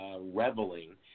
reveling